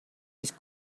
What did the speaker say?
his